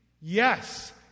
yes